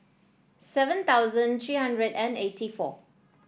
seven thousand three hundred and eighty four